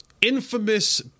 infamous